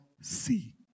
see